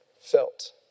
felt